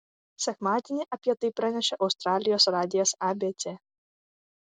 sekmadienį apie tai pranešė australijos radijas abc